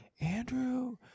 Andrew